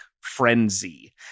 frenzy